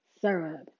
syrup